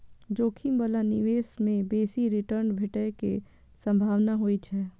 जोखिम बला निवेश मे बेसी रिटर्न भेटै के संभावना होइ छै